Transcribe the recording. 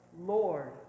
Lord